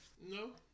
No